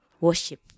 worship